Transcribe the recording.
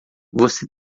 você